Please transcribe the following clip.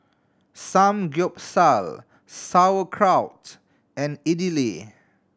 Samgyeopsal Sauerkraut and Idili